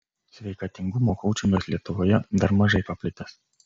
sveikatingumo koučingas lietuvoje dar mažai paplitęs